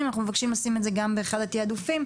אנחנו מבקשים לשים את זה גם באחד התיעדופים,